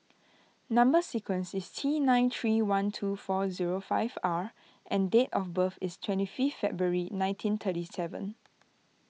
Number Sequence is T nine three one two four zero five R and date of birth is twenty fifth February nineteen thirty seven